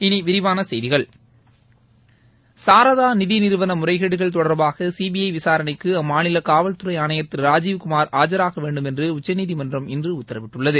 இனி விரிவான செய்திகள் சாராதா நிதி நிறுவன முறைகேடுகள் தொடர்பாக சிபிஐ விசாரணைக்கு அம்மாநில காவல்துறை ஆணையர் திரு ராஜீவ்குமார் ஆஜராக வேண்டுமென்று உச்சநீதிமன்றம் இன்று உத்தரவிட்டுள்ளது